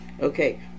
Okay